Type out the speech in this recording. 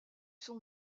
sont